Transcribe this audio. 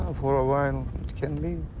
ah for a while, it can be.